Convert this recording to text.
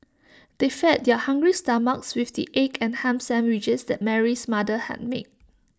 they fed their hungry stomachs with the egg and Ham Sandwiches that Mary's mother had made